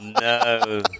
No